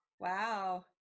Wow